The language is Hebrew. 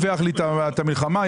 תודה.